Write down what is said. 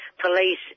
police